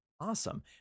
Awesome